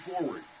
forward